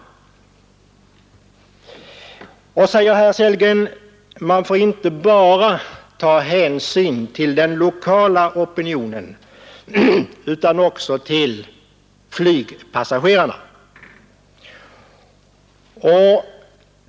Och, säger herr Sellgren, man får inte bara ta hänsyn till den lokala opinionen utan också till flygpassagerarna.